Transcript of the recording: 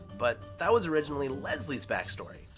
but that was originally leslie's backstory.